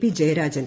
P Jayarajan